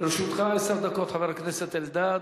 לרשותך עשר דקות, חבר הכנסת אלדד.